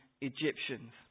Egyptians